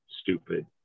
Stupid